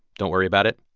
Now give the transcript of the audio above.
don't worry about it.